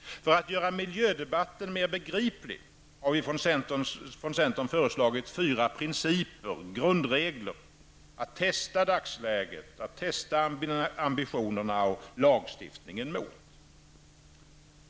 För att göra miljödebatten mer begriplig har vi från centern föreslagit fyra principer -- grundregler -- att testa dagsläget, ambitioner och lagstiftning mot.